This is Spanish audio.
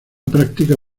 práctica